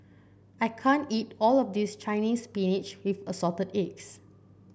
I can't eat all of this Chinese Spinach with Assorted Eggs